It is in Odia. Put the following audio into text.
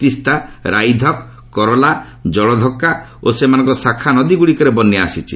ତିସ୍ତା ରାଇଧକ୍ କରଲା ଜଳଧକା ଓ ସେମାନଙ୍କର ଶାଖା ନଦୀଗ୍ରଡ଼ିକରେ ବନ୍ୟା ଆସିଛି